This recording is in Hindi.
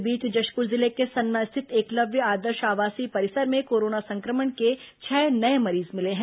इस बीच जशप्र जिले के सन्ना स्थित एकलव्य आदर्श आवासीय परिसर में कोरोना संक्रमण के छह नये मरीज मिले हैं